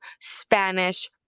Spanish